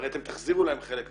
הרי אתם תחזירו להם חלק מהכסף,